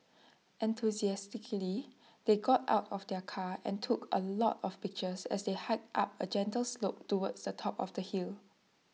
enthusiastically they got out of the car and took A lot of pictures as they hiked up A gentle slope towards the top of the hill